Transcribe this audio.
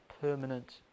permanent